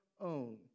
own